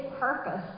purpose